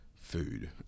food